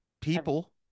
People